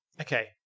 okay